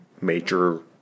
major